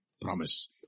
promise